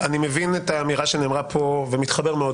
מבין את האמירה שנאמרה פה ומתחבר מאוד